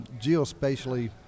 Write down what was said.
geospatially